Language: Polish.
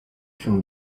się